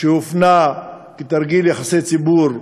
שהופנה כתרגיל יחסי ציבור,